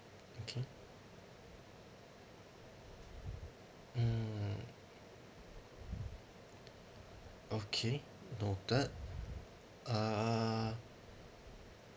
okay mm okay noted uh